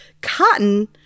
cotton